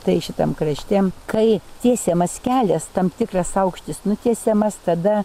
tai šitam krašte kai tiesiamas kelias tam tikras aukštis nutiesimas tada